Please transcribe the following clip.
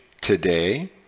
Today